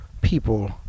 people